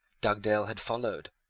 dugdale had followed,